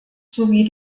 sowie